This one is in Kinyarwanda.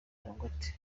dangote